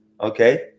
Okay